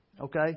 Okay